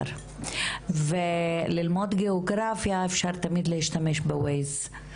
ללמוד גאוגרפיה אפשר תמיד להשתמש ב-ווייז,